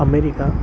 America